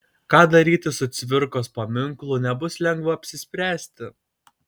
ką daryti su cvirkos paminklu nebus lengva apsispręsti